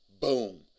boom